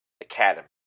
Academy